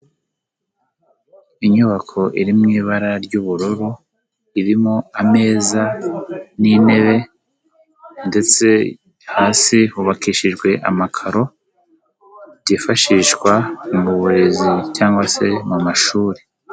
Inyubako iri mu ibara ry'ubururu, irimo ameza n'intebe ndetse hasi hubakishijwe amakaro, byifashishwa mu burezi cyangwa se mu mashuri.